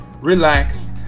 relax